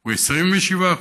הוא 27%,